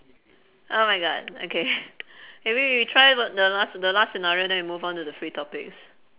oh my god okay maybe we try t~ the last the last scenario then we move onto the free topics